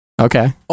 Okay